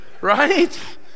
Right